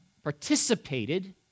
participated